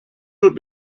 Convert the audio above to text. would